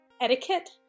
etiquette